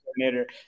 coordinator